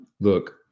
look